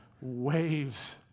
waves